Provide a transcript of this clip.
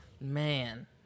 Man